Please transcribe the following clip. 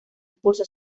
impulsó